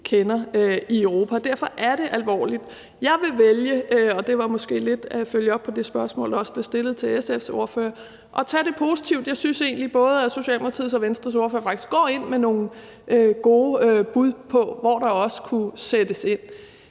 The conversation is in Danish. kender i Europa. Derfor er det alvorligt. Jeg vil vælge – og det er måske lidt at følge op på det spørgsmål, der også blev stillet til SF's ordfører – at tage det positivt. Jeg synes egentlig, at både Socialdemokratiets og Venstres ordfører faktisk går ind med nogle gode bud på, hvor der også kunne sættes ind.